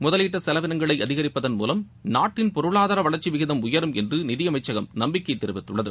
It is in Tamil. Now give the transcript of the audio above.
முதலீட்டு செலவினங்களை அதிகரிப்பதன் மூலம் நாட்டின் பொருளாதார வளர்ச்சி விகிதம் உயரும் என்று நிதியமைச்சகம் நம்பிக்கை தெரிவித்துள்ளது